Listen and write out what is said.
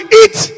eat